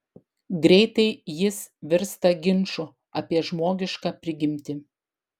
greitai jis virsta ginču apie žmogišką prigimtį